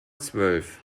zwölf